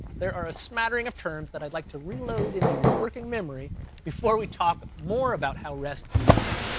there are a smattering of terms that i'd like to reload into your working memory before we talk more about how rest uses them.